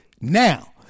Now